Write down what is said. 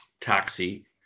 taxi